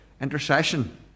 Intercession